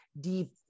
deep